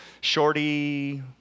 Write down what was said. Shorty